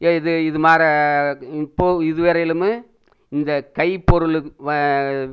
ஏ இது மாதிரி இப்போது இதுவரையிலும் இந்த கைப் பொருளுக்கு வ